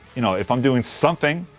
you know, if i'm doing something.